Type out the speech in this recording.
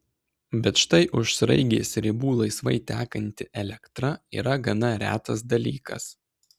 bet štai už sraigės ribų laisvai tekanti elektra yra gana retas dalykas